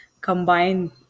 combine